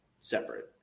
separate